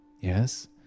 Yes